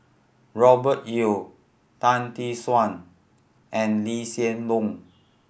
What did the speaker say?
Robert Yeo Tan Tee Suan and Lee Hsien Loong